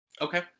Okay